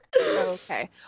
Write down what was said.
Okay